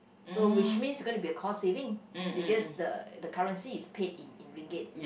so which means it's gonna be a cost saving because the the currency is paid in in Ringgit